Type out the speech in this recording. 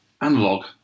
Analog